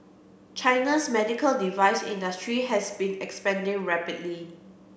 China's medical device industry has been expanding rapidly